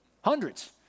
hundreds